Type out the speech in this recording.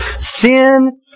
Sin